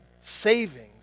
savings